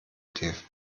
dfb